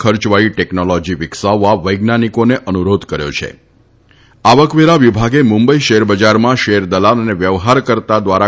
ખર્ચવાળી technology વિકસાવવા વૈજ્ઞાનિકોન અનુરોધ કર્યો છ આવકવાા વિભાગ મુંબઇ શામબજારમાં શામ દલાલ અન વ્યવહારકર્તા દ્વારા